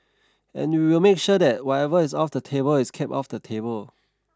and we will make sure that whatever is off the table is kept off the table